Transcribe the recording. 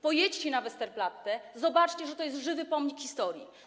Pojedźcie na Westerplatte, zobaczcie, że to jest żywy pomnik historii.